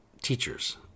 teachers